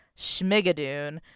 Schmigadoon